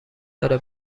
داره